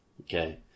okay